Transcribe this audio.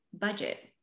budget